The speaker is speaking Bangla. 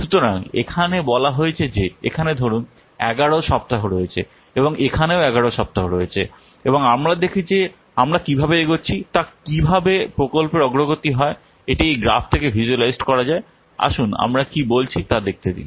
সুতরাং এখানে বলা হয়েছে যে এখানে ধরুন 11 সপ্তাহ রয়েছে এবং এখানেও 11 সপ্তাহ রয়েছে এবং আমরা দেখি যে আমরা কীভাবে এগোচ্ছি তা কীভাবে প্রকল্পের অগ্রগতি হয় এটি এই গ্রাফ থেকে ভিজ্যুয়ালাইজড করা যায় আসুন আমরা কী বলছি তা দেখতে দিন